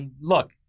look